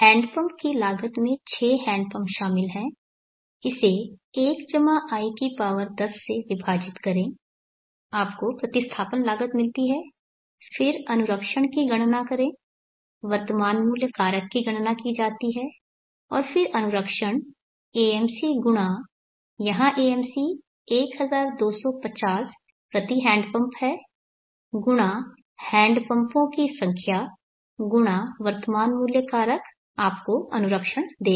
handpump की लागत में 6 हैंड पंप शामिल हैं इसे 1i10 से विभाजित करें आपको प्रतिस्थापन लागत मिलती है फिर अनुरक्षण की गणना करें वर्तमान मूल्य कारक की गणना की जाती है और फिर अनुरक्षण AMC गुणा यहां AMC 1250 प्रति हैंडपंप है गुणा हैंडपंपों की संख्या गुणा वर्तमान मूल्य कारक आपको अनुरक्षण देगा